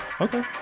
Okay